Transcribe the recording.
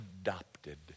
adopted